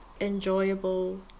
enjoyable